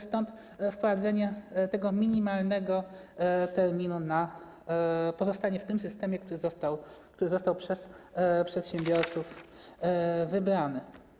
Stąd wprowadzenie tego minimalnego terminu na pozostanie w tym systemie, który został przez przedsiębiorców wybrany.